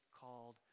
called